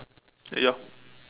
ya